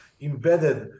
embedded